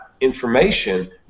information